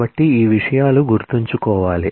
కాబట్టి ఈ విషయాలు గుర్తుంచుకోవాలి